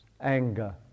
anger